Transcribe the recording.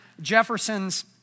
Jefferson's